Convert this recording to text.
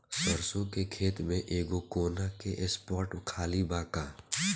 सरसों के खेत में एगो कोना के स्पॉट खाली बा का?